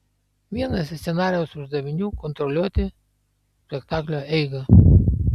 vienas iš scenarijaus uždavinių kontroliuoti spektaklio eigą